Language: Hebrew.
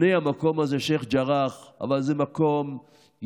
המקום הזה מכונה שייח' ג'ראח, אבל זה מקום יהודי,